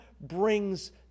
brings